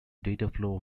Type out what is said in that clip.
dataflow